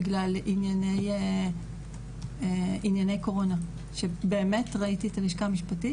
בגלל ענייני קורונה שבאמת ראיתי את הלשכה המשפטית